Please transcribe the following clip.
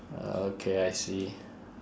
uh okay I see